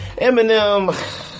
Eminem